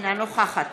אינה נוכחת